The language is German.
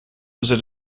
user